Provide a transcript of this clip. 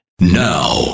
now